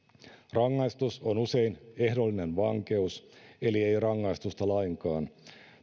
rangaistus on usein ehdollinen vankeus eli ei rangaistusta lainkaan